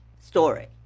story